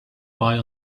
boy